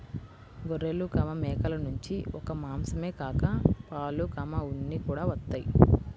గొర్రెలు, మేకల నుంచి ఒక్క మాసం మాత్రమే కాక పాలు, ఉన్ని కూడా వత్తయ్